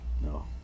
No